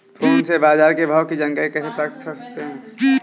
Phone से बाजार के भाव की जानकारी कैसे प्राप्त कर सकते हैं?